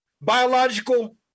biological